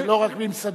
ולא רק ממסדית.